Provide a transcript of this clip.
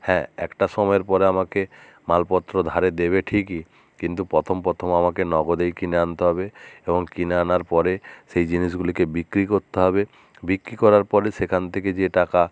হ্যাঁ একটা সময়ের পরে আমাকে মালপত্র ধারে দেবে ঠিকই কিন্তু প্রথম প্রথম আমাকে নগদেই কিনে আনতে হবে এবং কিনে আনার পরে সেই জিনিসগুলিকে বিক্রি করতে হবে বিক্রি করার পরে সেখান থেকে যে টাকা